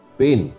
pain